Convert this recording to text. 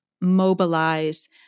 mobilize